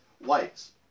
whites